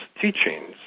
teachings